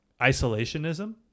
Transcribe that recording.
isolationism